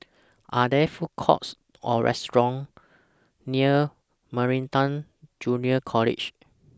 Are There Food Courts Or restaurants near Meridian Junior College